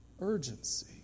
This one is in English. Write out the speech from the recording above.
urgency